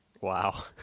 Wow